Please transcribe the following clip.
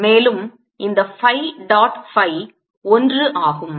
மேலும் இந்த phi dot phi 1 ஆகும்